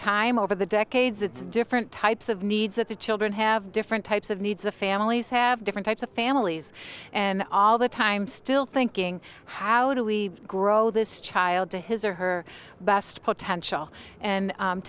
time over the decades it's different types of needs that the children have different types of needs the families have different types of families and all the time still thinking how do we grow this child to his or her best potential and